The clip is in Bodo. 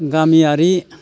गामियारि